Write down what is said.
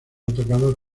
atacados